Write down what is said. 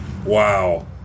Wow